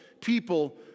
people